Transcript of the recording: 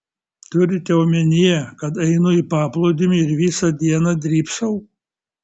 turite omenyje kad einu į paplūdimį ir visą dieną drybsau